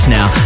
now